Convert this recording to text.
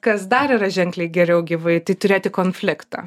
kas dar yra ženkliai geriau gyvai tai turėti konfliktą